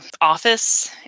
office